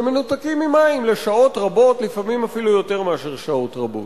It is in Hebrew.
שמנותקים ממים לשעות רבות ולפעמים אפילו יותר מאשר שעות רבות.